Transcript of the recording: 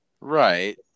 Right